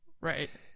right